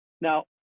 Now